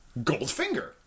Goldfinger